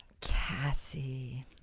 Cassie